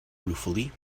ruefully